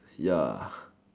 ya